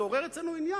זה עורר אצלנו עניין,